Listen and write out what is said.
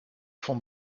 font